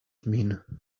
mean